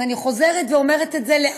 אז אני חוזרת ואומרת את זה לאט: